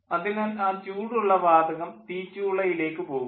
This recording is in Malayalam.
അതിനാൽ ആ ചൂടുള്ള വാതകം തീച്ചൂളയിലേക്ക് പോകുന്നു